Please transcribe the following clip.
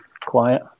quiet